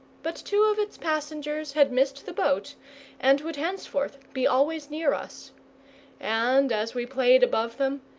but two of its passengers had missed the boat and would henceforth be always near us and, as we played above them,